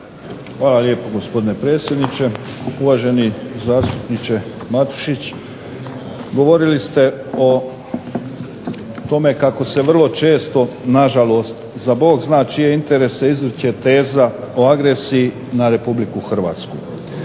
Hvala lijepo gospodine predsjedniče, uvaženi zastupniče Matušić. Govorili ste o tome kako se vrlo često, na žalost, za Bog zna čije interese izriče teza o agresiji na Republiku Hrvatsku,